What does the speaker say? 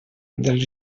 dels